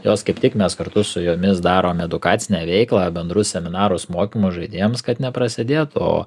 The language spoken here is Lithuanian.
jos kaip tik mes kartu su jomis darome edukacinę veiklą bendrus seminarus mokymus žaidėjams kad neprasėdėtų o